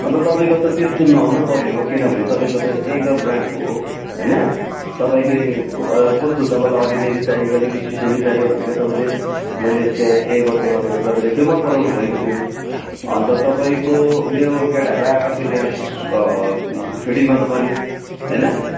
अन्त तपाईँको त त्यस्तो नहुनु पर्ने हो किनभने तपाईँको त एङ्कर ब्रान्डको हो होइन तपाईँले कस्तो तपाईँलाई अर्डिनेरी चाहियो कि अलिक स्पेसियली चाहियो भन्दाखेरि तपाईँले मैले त्यहाँ एङ्कर देखाउँदाखेरि तपाईँले त्यो मनपराउनु भएको थियो अन्त तपाईँको मेरो केटाहरू आएको थियो त्यहाँ फिटिङ गर्नु पनि होइन